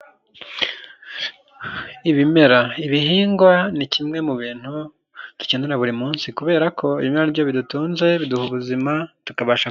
Ibimera, ibihingwa ni kimwe mu bintu dukenera buri munsi, kubera ko ibimera niryo bidutunze biduha ubuzima tukabasha...